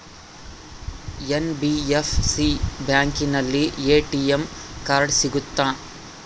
NBFC ಬ್ಯಾಂಕಿನಲ್ಲಿ ATM card ಸಿಗುತ್ತಾ?